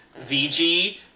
VG